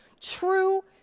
true